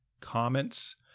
comments